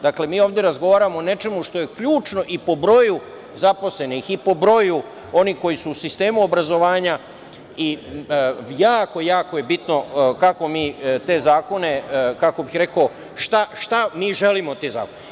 Dakle, mi ovde razgovaramo o nečemu što je ključno i po broju zaposlenih, i po broju onih koji su u sistemu obrazovanja i jako je bitno kako mi te zakone, kako bih rekao, šta mi želimo od tih zakona.